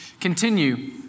continue